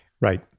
Right